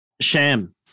Sham